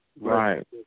right